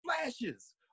flashes